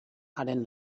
haren